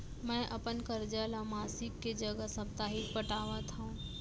मै अपन कर्जा ला मासिक के जगह साप्ताहिक पटावत हव